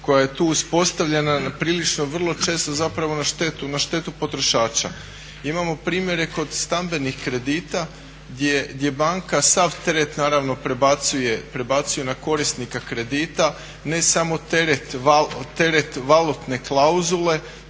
koja je tu uspostavljena prilično vrlo često zapravo na štetu potrošača. Imamo primjere kod stambenih kredita gdje banka sav teret naravno prebacuje na korisnika kredita, ne samo teret valutne klauzule